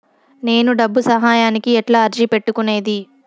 నేను డబ్బు సహాయానికి ఎట్లా అర్జీ పెట్టుకునేది?